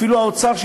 אפילו האוצר,